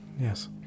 Yes